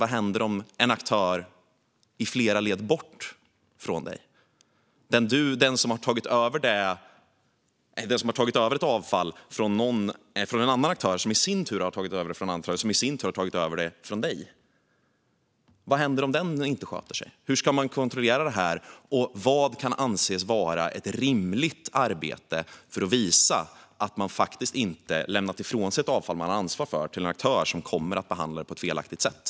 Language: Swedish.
Vad händer om en aktör flera led bort från dig - den som har tagit över avfall från en annan aktör som i sin tur har tagit över det från en annan aktör som i sin tur har tagit över det från dig - inte sköter sig? Hur ska man kontrollera det här? Och vad kan anses vara ett rimligt arbete för att visa att man faktiskt inte har lämnat ifrån sig avfall som man har ansvar för till en aktör som kommer att behandla det på ett felaktigt sätt?